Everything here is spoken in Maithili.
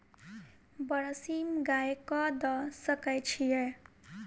बरसीम गाय कऽ दऽ सकय छीयै?